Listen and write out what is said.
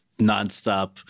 nonstop